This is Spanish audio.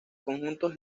conjuntos